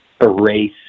erase